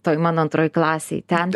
toj man antroj klasėj ten